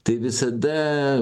tai visada